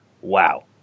wow